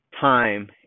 time